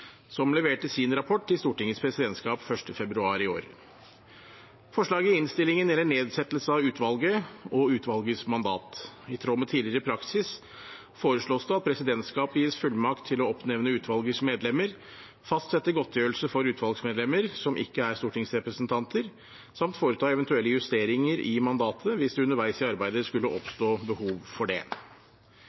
som leverte sin rapport til Stortingets presidentskap 1. februar i år. Forslaget i innstillingen gjelder nedsettelse av utvalget og utvalgets mandat. I tråd med tidligere praksis foreslås det at presidentskapet gis fullmakt til å oppnevne utvalgets medlemmer, fastsette godtgjørelse for utvalgsmedlemmer som ikke er stortingsrepresentanter, samt foreta eventuelle justeringer i mandatet hvis det underveis i arbeidet skulle oppstå behov for det.